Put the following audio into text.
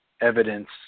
evidence